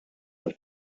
għal